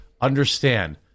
understand